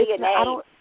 DNA